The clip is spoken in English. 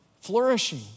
flourishing